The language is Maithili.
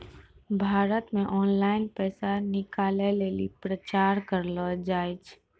भारत मे ऑनलाइन पैसा निकालै लेली प्रचार करलो जाय छै